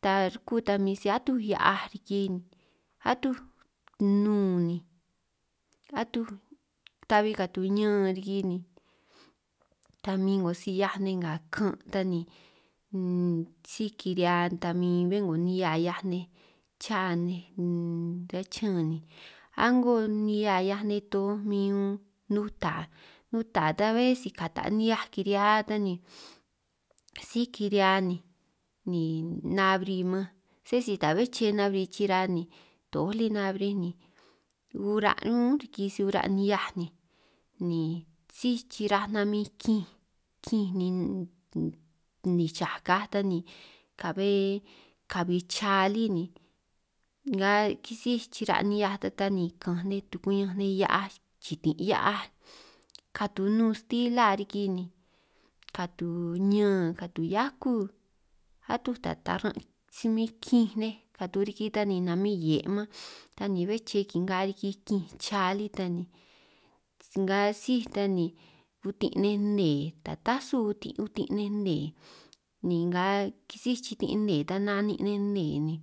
Ta ruku ta mi si atuj hia'aj riki ni atuj nnun ni atuj ta'bi katu ñan riki ni, ta min 'ngo si 'hiaj nej nga kan' ta ni síj kiri'hia ta min ni bé 'ngo nihia 'hiaj nej cha nej, chuhua chiñán ni a'ngo nihia 'hiaj nej to min nuta nuta ta bé si kata' nihiaj kirihia ta ni síj kiri'hia ni nabri man, sé si ta bé' che nabri chira toj lí nabrij ni ura' ñún riki si ura' nihiaj ni ni síj chiraj namin kinj kinj ni, nichaj ka ta ni ka'be kabi cha lí ni nga kisíj chira' nihiaj nej ta ni ka'anj nej tuku'ñanj nej hia'aj chitin hia'aj katu nnun stila riki ni, katu ñan katu hiakuj atuj ta taran' si min kinj nej katu riki tan ni namin hie' man, ta ni be'é che kinga riki kinj cha lí ta ni nga síj ta ni utin' ninj nnee ta tasu utin' utin' nin nnee, ni nga kisíj chitin' nnee ta nanin' nej nnee ni